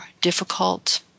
difficult